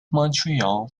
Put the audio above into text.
montreal